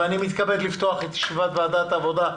ואני מתכבד לפתוח את ישיבת ועדת העבודה,